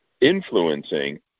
influencing